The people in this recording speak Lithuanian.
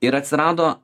ir atsirado